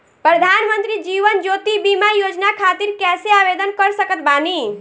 प्रधानमंत्री जीवन ज्योति बीमा योजना खातिर कैसे आवेदन कर सकत बानी?